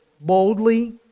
boldly